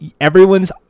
everyone's